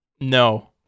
No